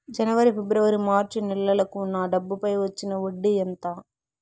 జనవరి, ఫిబ్రవరి, మార్చ్ నెలలకు నా డబ్బుపై వచ్చిన వడ్డీ ఎంత